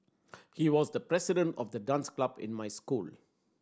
he was the president of the dance club in my school